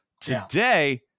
Today